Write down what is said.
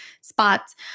spots